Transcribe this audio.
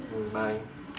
mm bye